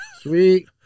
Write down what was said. Sweet